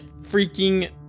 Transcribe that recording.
freaking